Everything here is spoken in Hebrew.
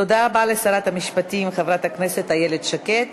תודה רבה לשרת המשפטים חברת הכנסת איילת שקד.